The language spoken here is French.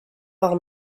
par